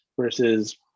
versus